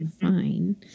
fine